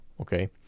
okay